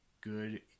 good